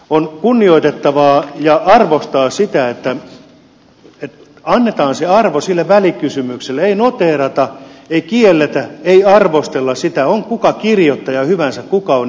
on kunnioitettavaa ja arvostettavaa se että annetaan se arvo sille välikysymykselle ei noteerata ei kielletä ei arvostella sitä on kuka kirjoittaja hyvänsä kuka on esittäjä